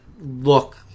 look